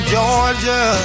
Georgia